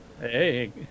Hey